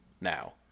now